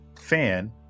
fan